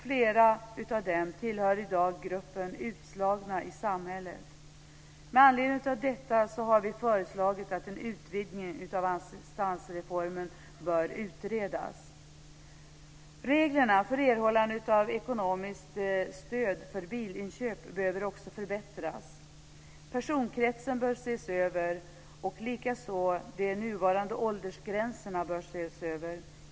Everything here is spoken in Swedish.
Flera av dem tillhör i dag gruppen utslagna i samhället. Med anledning av detta har vi föreslagit att en utvidgning av assistansreformen bör utredas. Reglerna för erhållande av ekonomiskt stöd för bilinköp behöver också förbättras. Personkretsen bör ses över, likaså de nuvarande åldersgränserna.